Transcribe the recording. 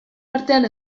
artean